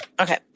Okay